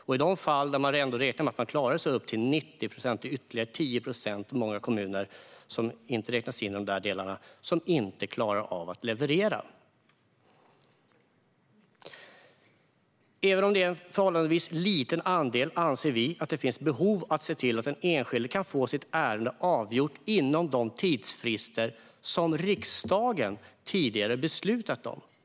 Och i de kommuner där man klarar det i 90 procent av fallen är det fortfarande 10 procent där man inte klarar av att leverera. Även om det är en förhållandevis liten andel anser vi att det finns behov av se till att den enskilde kan få sitt ärende avgjort inom de tidsfrister som riksdagen tidigare har beslutat om.